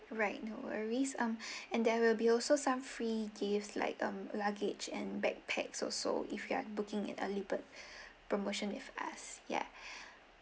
right no worries um and there will be also some free gifts like um luggage and backpacks also if you're looking at early bird promotion with us yeah